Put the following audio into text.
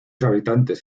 habitantes